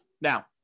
Now